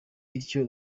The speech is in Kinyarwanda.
bityo